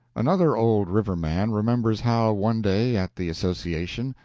another old river-man remembers how, one day, at the association,